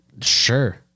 Sure